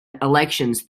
elections